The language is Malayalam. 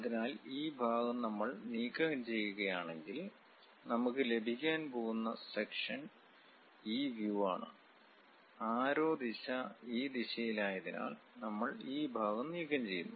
അതിനാൽഈ ഭാഗം നമ്മൾ നീക്കംചെയ്യുകയാണെങ്കിൽ നമുക്ക് ലഭിക്കാൻ പോകുന്ന സെക്ഷൻ ഈ വ്യു ആണ് ആരോ ദിശ ഈ ദിശയിലായതിനാൽ നമ്മൾ ഈ ഭാഗം നീക്കംചെയ്യുന്നു